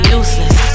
useless